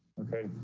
okay,